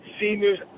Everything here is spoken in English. seniors